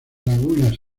lagunas